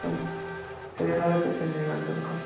Srinagar to Chandigarh بِلکُل